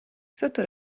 sotto